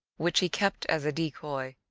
which he kept as a decoy,